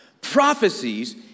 Prophecies